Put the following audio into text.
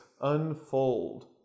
unfold